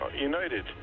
United